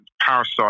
Parasite